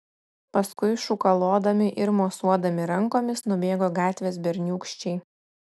paskui šūkalodami ir mosuodami rankomis nubėgo gatvės berniūkščiai